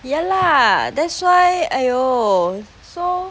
yeah lah that's why !aiyo! so